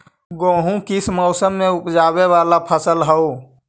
गेहूं किस मौसम में ऊपजावे वाला फसल हउ?